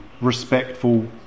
respectful